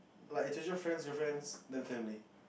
like friends girlfriends then family